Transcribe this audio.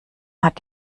hat